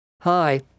Hi